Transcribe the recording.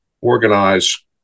organize